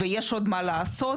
ויש עוד מה לעשות,